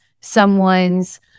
someone's